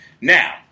Now